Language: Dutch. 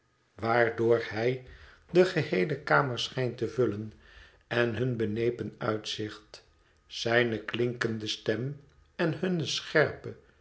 waardoor hij de geheele kamer schijnt te vullen en hun benepen uitzicht zijne klinkende stem en hunne scherpe